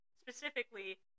specifically